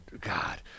God